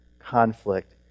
conflict